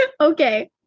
Okay